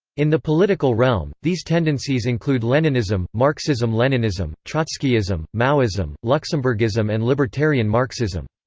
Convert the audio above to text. in the political realm, these tendencies include leninism, marxism-leninism, trotskyism, maoism, luxemburgism and libertarian marxism.